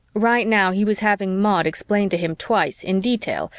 right now, he was having maud explain to him twice, in detail,